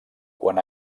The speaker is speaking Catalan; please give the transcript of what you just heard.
quan